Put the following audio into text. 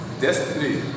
Destiny